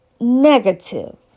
negative